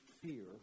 fear